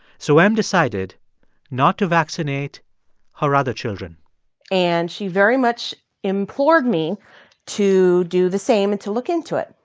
so m decided not to vaccinate her other children and she very much implored me to do the same and to look into it,